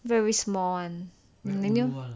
very small [one]